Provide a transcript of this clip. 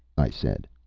i said.